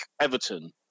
Everton